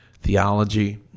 theology